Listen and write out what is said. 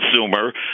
consumer